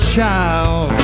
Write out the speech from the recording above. child